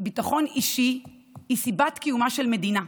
ביטחון אישי הוא סיבת קיומה של מדינה,